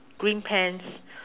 green pants